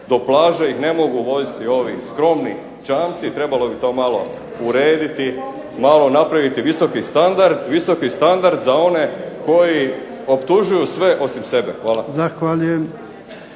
do plaže ih ne mogu voziti ovi skromni čamci, trebalo bi to malo urediti, malo napraviti visoki standard za one koji optužuju sve osim sebe. Hvala.